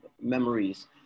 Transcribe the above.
memories